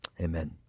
amen